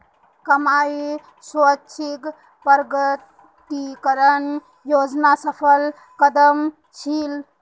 कमाईर स्वैच्छिक प्रकटीकरण योजना सफल कदम छील